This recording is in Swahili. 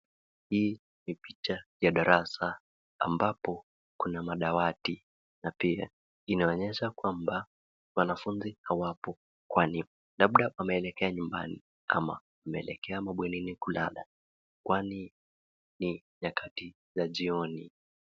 Hii ni picha ya darasa ambapo kuna madawati na pia inaonyesha kwamba wanafunzi hawapo kwani labda wameelekea nyumbani ama wameelekea mabwenini kulala kwani ni nyakati za jioni.